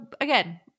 again